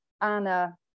anna